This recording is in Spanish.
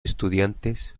estudiantes